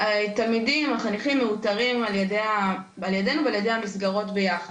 החניכים מאותרים על ידינו ועל ידי המסגרות ביחד.